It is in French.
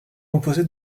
composé